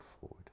forward